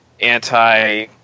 anti